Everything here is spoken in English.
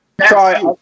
try